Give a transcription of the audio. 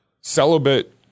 celibate